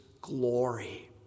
glory